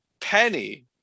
penny